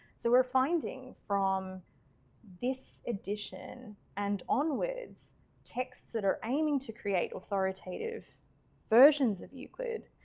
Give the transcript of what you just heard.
so we're finding from this edition and onwards texts that are aiming to create authoritative versions of euclid.